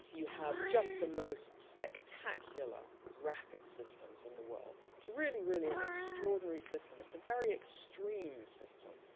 you have just the most spectacular rapid systems in the world. it's really, really an extraordinary system, it's a very extreme system.